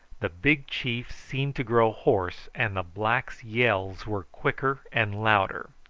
the big chief seemed to grow hoarse, and the blacks' yells were quicker and louder.